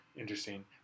interesting